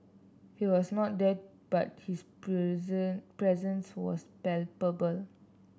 he was not there but his presence was palpable